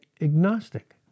agnostic